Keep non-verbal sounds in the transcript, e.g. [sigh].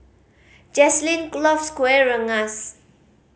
Jazlyn [unintelligible] loves Kueh Rengas